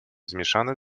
zmieszane